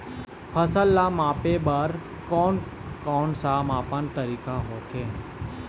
फसल ला मापे बार कोन कौन सा मापन तरीका होथे?